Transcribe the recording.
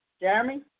Jeremy